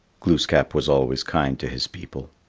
glooskap was always kind to his people.